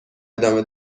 ادامه